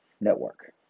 network